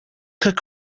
could